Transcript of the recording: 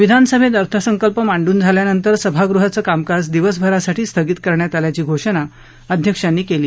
विधानसभेत अर्थसंकल्प मांडून झाल्यानंतर सभागृहाचं कामकाज दिवसभरासाठी स्थगित करण्यात आल्याची घोषणा अध्यक्षांनी केली